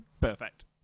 Perfect